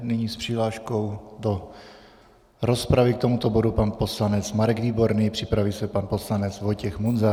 Nyní s přihláškou do rozpravy k tomuto bodu pan poslanec Marek Výborný, připraví se pan poslanec Vojtěch Munzar.